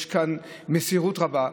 יש כאן מסירות רבה.